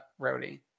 roadie